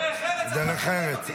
דרך ארץ --- דרך ארץ.